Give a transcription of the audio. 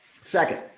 Second